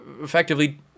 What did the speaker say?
effectively